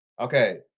Okay